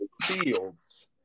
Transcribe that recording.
fields